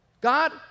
God